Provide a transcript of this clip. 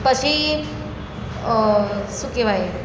પછી શું કહેવાય